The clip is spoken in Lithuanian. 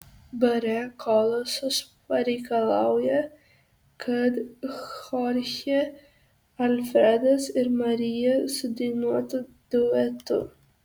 bare kolosas pareikalauja kad chorchė alfredas ir marija sudainuotų duetu